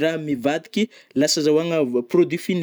irah mivadiky lasa azahoagna produits fini.